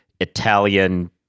Italian